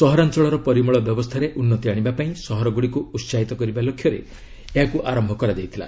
ସହରାଞ୍ଚଳର ପରିମଳ ବ୍ୟବସ୍ଥାରେ ଉନ୍ନତି ଆଶିବାପାଇଁ ସହରଗ୍ରଡ଼ିକ୍ ଉତ୍କାହିତ କରିବା ଲକ୍ଷ୍ୟରେ ଏହାକୁ ଆରମ୍ଭ କରାଯାଇଥିଲା